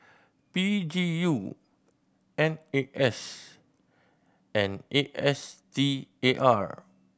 P G U N A S and A S T A R